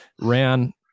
ran